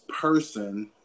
person